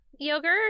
yogurt